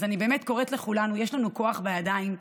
אז אני באמת קוראת לכולנו: יש לנו כוח בידיים.